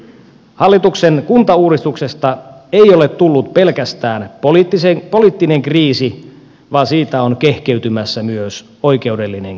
hallituksen kuntauudistuksesta ei ole tullut pelkästään poliittinen kriisi vaan siitä on kehkeytymässä myös oikeudellinen kriisi